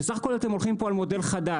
זה בסך הכל אתם הולכים פה על מודל חדש,